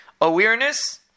Awareness